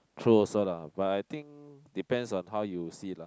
true also lah but I think depends on how you see it lah